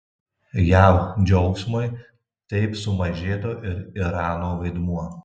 jav džiaugsmui taip sumažėtų ir irano vaidmuo